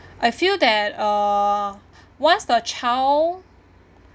I feel that uh once the child